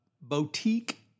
boutique